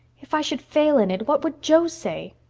if i should fail in it what would jo say?